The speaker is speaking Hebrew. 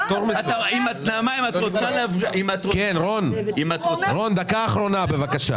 נעמה, אם את רוצה --- רון, דקה אחרונה בבקשה.